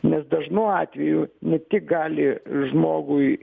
nes dažnu atveju ne tik gali žmogui